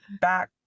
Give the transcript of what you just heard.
back